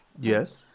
Yes